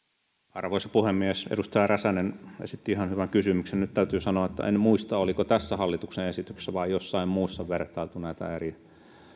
arvoisa puhemies edustaja räsänen esitti ihan hyvän kysymyksen nyt täytyy sanoa että en muista oliko tässä hallituksen esityksessä vai jossain muussa vertailtu näitä eri